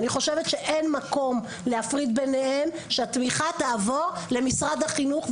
אני חושבת שאין מקום להפריד ביניהם שהתמיכה תעבור למשרד החינוך,